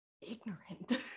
ignorant